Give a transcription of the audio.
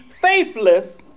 faithless